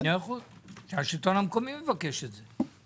100%. שהשלטון המקומי מבקש את זה.